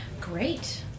Great